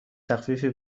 تخفیفی